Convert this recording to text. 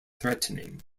threatening